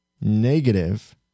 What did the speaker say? negative